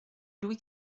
louis